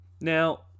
Now